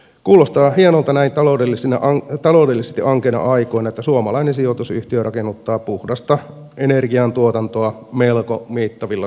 kuulostaa hienolta näin taloudellisesti ankeina aikoina että suomalainen sijoitusyhtiö rakennuttaa puhdasta energiantuotantoa melko mittavilla summilla